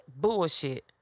bullshit